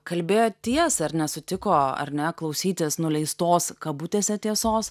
kalbėjo tiesą ir nesutiko ar ne klausytis nuleistos kabutėse tiesos